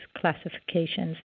classifications